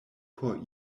por